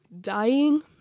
dying